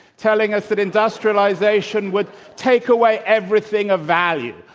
telling us that industrialization would take away everything of value,